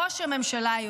ראש הממשלה,